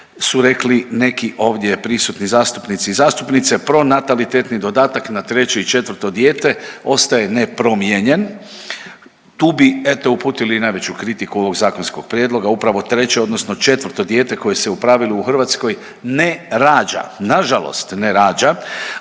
su rekli neki ovdje prisutni zastupnici i zastupnice, pronatalitetni dodatak na 3. i 4. dijete ostaje nepromijenjen. Tu bi eto uputili i najveću kritiku ovog zakonskog prijedloga, upravo 3. odnosno 4. dijete koje se u pravilu u Hrvatskoj ne rađa. Nažalost ne rađa.